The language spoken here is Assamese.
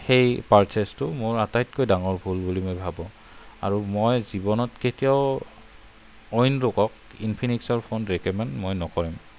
সেই পাৰ্চেজটো মোৰ আটাইতকৈ ডাঙৰ ভুল বুলি মই ভাবো আৰু মই জীৱনত কেতিয়াও অইন লোকক ইনফিনিক্সৰ ফোন ৰিকমেণ্ড মই নকৰিম